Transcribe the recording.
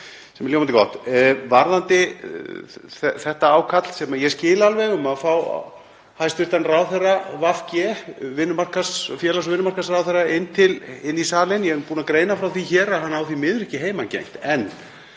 sem er ljómandi gott. Varðandi þetta ákall, sem ég skil alveg, um að fá hæstv. ráðherra VG, félags- og vinnumarkaðsráðherra, inn í salinn: Ég er búinn að greina frá því hér að hann á því miður ekki heimangengt,